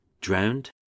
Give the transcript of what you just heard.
drowned